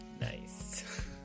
nice